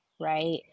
right